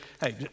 Hey